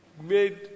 made